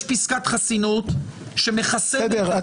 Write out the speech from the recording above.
יש פסקת חסינות --- אני